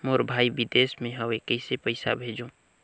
मोर भाई विदेश मे हवे कइसे पईसा भेजो?